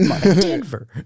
Denver